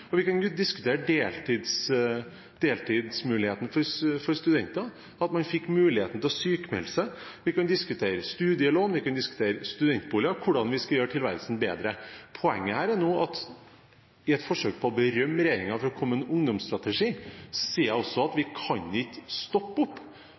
og vi kan diskutere muligheten for deltidssykmelding for studenter, vi kan diskutere studielån, vi kan diskutere studentboliger, og vi kan diskutere hvordan vi skal gjøre tilværelsen bedre. Poenget her er nå at i et forsøk på å berømme regjeringen for å komme med en ungdomsstrategi, sier jeg også at vi